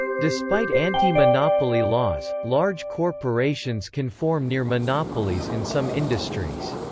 despite anti-monopoly laws, large corporations can form near-monopolies in some industries.